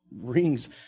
rings